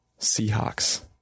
Seahawks